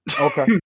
Okay